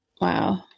Wow